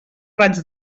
raig